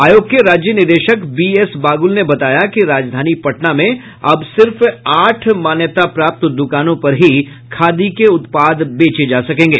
आयोग के राज्य निदेशक बी एस बागुल ने बताया कि राजधानी पटना में अब सिर्फ आठ मान्यता प्राप्त दुकानों पर ही खादी के उत्पाद बेचे जा सकेंगे